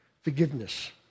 Forgiveness